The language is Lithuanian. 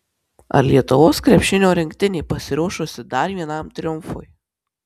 ar lietuvos krepšinio rinktinė pasiruošusi dar vienam triumfui